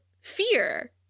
fear